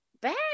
bad